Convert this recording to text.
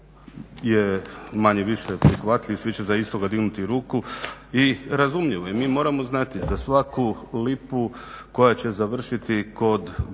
je manje-više prihvatljiv, svi će za istoga dignuti ruku i razumljivo je, mi moramo znati za svaku lipu koja će završiti kod